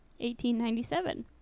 1897